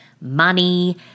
Money